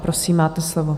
Prosím, máte slovo.